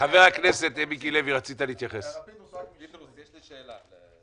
יש לי עוד שאלה.